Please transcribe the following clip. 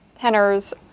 Henners